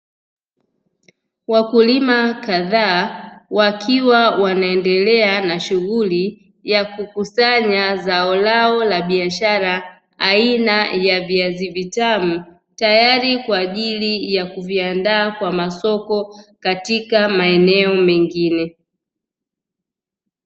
Wakulima kadhaa wakiwa wanaendelea na shughuli ya kukusanya zao lao la biashara aina ya viazi vitamu, tayari kwa ajili ya kuviandaa kwa masoko katika maeneo mengine.